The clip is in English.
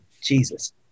Jesus